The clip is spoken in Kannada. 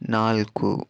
ನಾಲ್ಕು